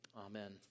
Amen